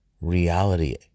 reality